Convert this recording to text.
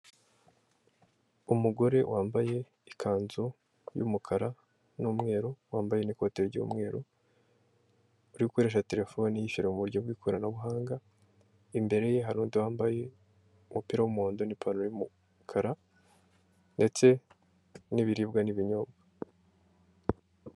Umugore wambaye ikanzu y'umukara nu'umweru wambaye n'ikote ry'umweru uri gukoresha terefone yishyu mu buryo bw'ikoranabuhanga, imbere ye hari undi wambaye umupira wumundo ni pataro y'umukara ndetse n'ibiribwa n'ibinyobwa.